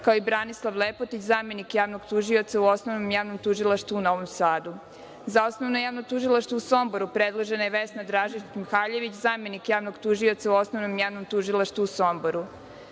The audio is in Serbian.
kao i Branislav Lepotić, zamenik javnog tužioca u Osnovnom javnom tužilaštvu u Novom Sadu.Za Osnovno javno tužilaštvo u Somboru predložena je Vesna Dražić Mihaljević, zamenik javnog tužioca u Osnovnom javnom tužilaštvu u Somboru.Za